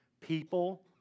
People